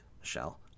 Michelle